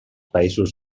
països